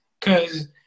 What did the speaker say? Cause